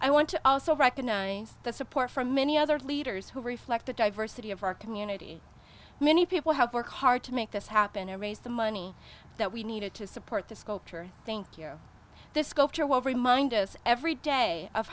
i want to also recognize the support from many other leaders who reflect the diversity of our community many people have worked hard to make this happen to raise the money that we needed to support the sculpture thank you this sculpture will remind us every day of